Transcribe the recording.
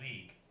league